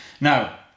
Now